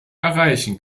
erreichen